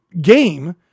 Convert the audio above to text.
game